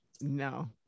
No